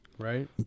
Right